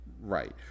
Right